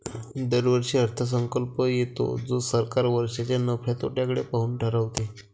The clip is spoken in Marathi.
दरवर्षी अर्थसंकल्प येतो जो सरकार वर्षाच्या नफ्या तोट्याकडे पाहून ठरवते